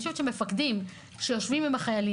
אם המפקדים יושבים אתם,